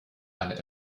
eine